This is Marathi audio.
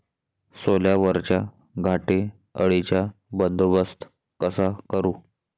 सोल्यावरच्या घाटे अळीचा बंदोबस्त कसा करू?